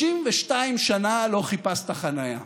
32 שנה לא חיפשת חניה,